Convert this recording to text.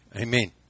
Amen